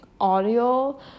audio